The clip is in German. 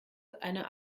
einer